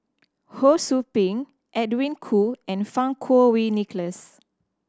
Ho Sou Ping Edwin Koo and Fang Kuo Wei Nicholas